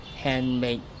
handmade